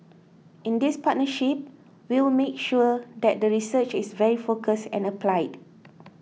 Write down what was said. in this partnership we will make sure that the research is very focused and applied